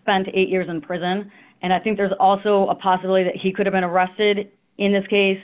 spent eight years in prison and i think there's also a possibility that he could have been arrested in this case